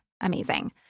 Amazing